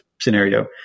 scenario